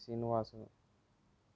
Srinivasu